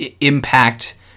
impact